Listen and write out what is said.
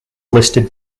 listed